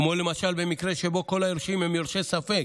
כמו למשל במקרה שבו כל היורשים הם יורשי ספק,